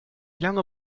lange